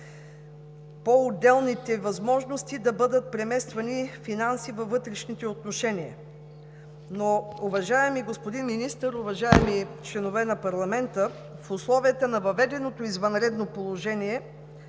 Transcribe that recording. по отделните възможности да бъдат премествани финанси във вътрешните отношения. Уважаеми господин Министър, уважаеми членове на парламента, в условията на въведеното извънредно положение,